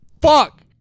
fuck